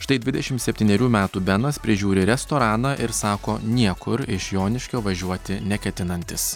štai dvidešim septynerių metų benas prižiūri restoraną ir sako niekur iš joniškio važiuoti neketinantis